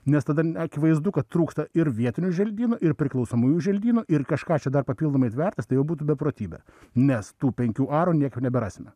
nes tada akivaizdu kad trūksta ir vietinių želdynų ir priklausomųjų želdynų ir kažką čia dar papildomai tvertis tai jau būtų beprotybė nes tų penkių arų niekur neberasime